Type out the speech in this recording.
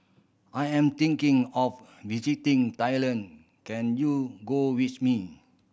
I am thinking of visiting Thailand can you go with me